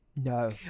no